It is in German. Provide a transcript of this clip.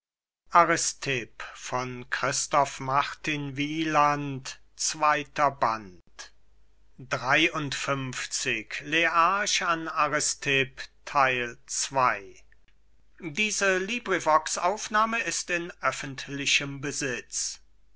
nahmen christoph martin wieland i aristipp an